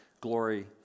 glory